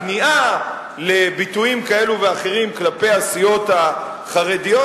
כניעה לביטויים כאלה ואחרים כלפי הסיעות החרדיות,